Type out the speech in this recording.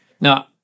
Now